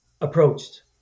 approached